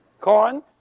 corn